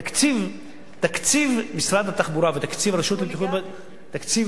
תקציב משרד התחבורה ותקציב הרשות לבטיחות בדרכים,